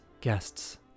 guests